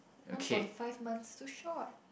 one point five months so short